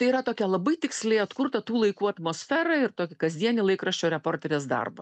tai yra tokia labai tiksliai atkurta tų laikų atmosfera ir tokį kasdienį laikraščio reporterės darbą